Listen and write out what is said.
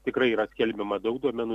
tikrai yra skelbiama daug duomenų